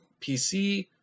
PC